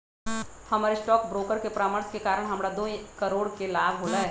हमर stock broker के परामर्श के कारण हमरा दो करोड़ के लाभ होलय